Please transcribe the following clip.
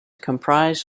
comprise